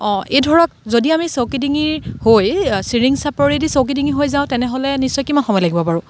অঁ এই ধৰক যদি আমি চৌকিডিঙিৰ হৈ ছিৰিং চাপৰেদি চৌকিডিঙি হৈ যাওঁ তেনেহ'লে নিশ্চয় কিমান সময় লাগিব বাৰু